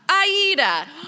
Aida